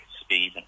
speed